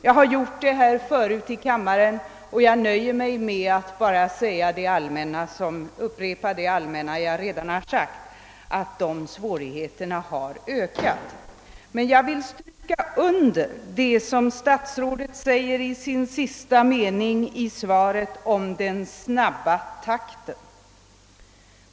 Jag har gjort det förut här i kammaren, och jag nöjer mig med att upprepa att de svårigheterna har ökat. Jag vill emellertid stryka under det som statsrådet säger i sista meningen i svaret.